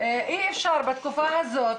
אי אפשר בתקופה הזאת,